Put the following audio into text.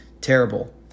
Terrible